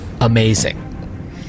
amazing